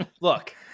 Look